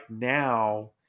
now